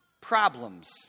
problems